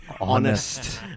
honest